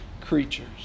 creatures